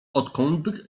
odkąd